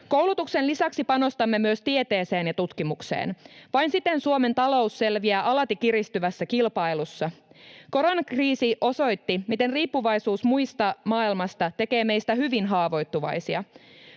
Koulutuksen lisäksi panostamme myös tieteeseen ja tutkimukseen. Vain siten Suomen talous selviää alati kiristyvässä kilpailussa. Koronakriisi osoitti, miten riippuvaisuus muusta maailmasta tekee meistä hyvin haavoittuvaisia.